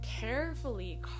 carefully